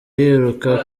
yiruka